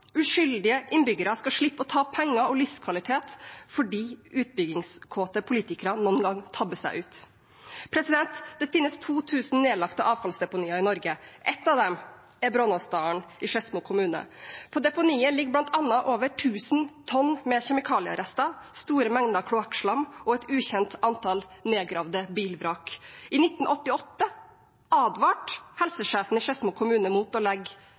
Uskyldige innbyggere skal slippe å tape penger og livskvalitet fordi utbyggingskåte politikere noen ganger tabber seg ut. Det finnes 2 000 nedlagte avfallsdeponier i Norge. Ett av dem er Brånåsdalen i Skedsmo kommune. På deponiet ligger bl.a. over 1 000 tonn med kjemikalierester, store mengder kloakkslam og et ukjent antall nedgravde bilvrak. I 1988 advarte helsesjefen i Skedsmo kommune mot å legge